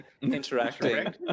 interacting